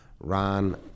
Ron